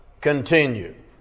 continue